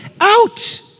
out